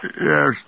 Yes